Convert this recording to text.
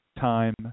time